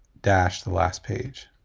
dash the last page.